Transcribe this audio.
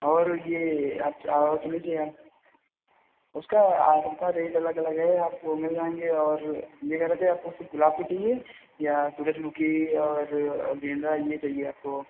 और यह आप चाहो तो मिल जएगा उसका सबका रेट अलग अलग है आपको मिल जाएँगे और यह कहे रहे थे आपको सिर्फ गुलाब के चाहिए या सूरजमुखी और गेंदा यह चाहिए आपको